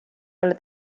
pole